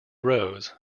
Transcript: rose